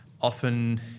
Often